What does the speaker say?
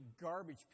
garbage